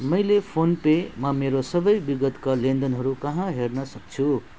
मैले फोन पेमा मेरा सबै विगतका लेनदेनहरू कहाँ हेर्नसक्छु